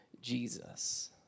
Jesus